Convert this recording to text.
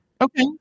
Okay